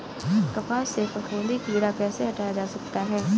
कपास से फफूंदी कीड़ा कैसे हटाया जा सकता है?